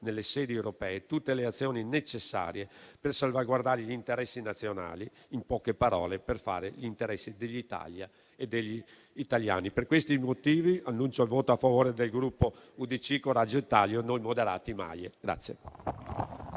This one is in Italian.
nelle sedi europee tutte le azioni necessarie per salvaguardare gli interessi nazionali; in poche parole, per fare gli interessi dell'Italia e degli italiani. Per questi motivi, annuncio il voto favorevole del Gruppo UDC-Coraggio Italia- Noi Moderati-MAIE.